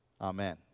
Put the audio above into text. Amen